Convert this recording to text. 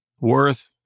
worth